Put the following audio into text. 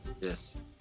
Yes